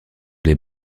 les